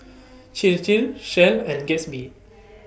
Chir Chir Shell and Gatsby